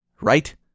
Right